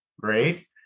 Great